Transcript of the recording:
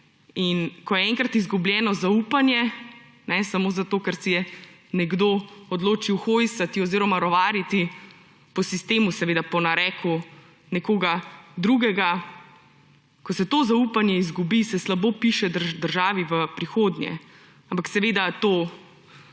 In ko je enkrat izgubljeno zaupanje samo zato, ker se je nekdo odločil hojsati oziroma rovariti po sistemu, seveda po nareku nekoga drugega, ko se to zaupanje izgubi, se slabo piše državi v prihodnje. Ampak seveda to